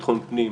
ביטחון פנים,